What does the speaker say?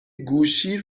گوشی